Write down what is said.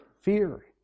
Fear